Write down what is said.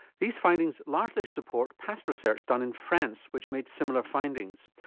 these findings largely support past research done in france which made similar findings.